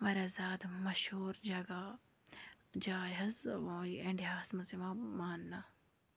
واریاہ زیادٕ مشہوٗر جگہ جایہِ حظ یہِ اِنڈیاہَس منٛز یِوان مانٛنہٕ